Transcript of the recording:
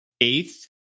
eighth